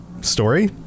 story